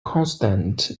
constant